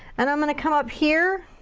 and i'm gonna come up here.